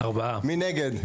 מי נגד?